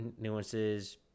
nuances